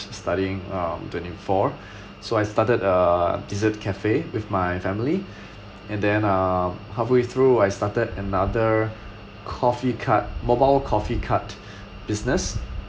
s~studying um twenty four so I started a dessert cafe with my family and then uh halfway through I started another coffee cart mobile coffee cart business